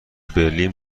برلین